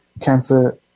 cancer